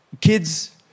kids